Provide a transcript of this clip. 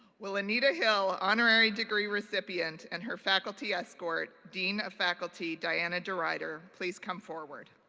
will anita hill, honorary degree recipient, and her faculty escort, dean of faculty, diana de rider, please come forward?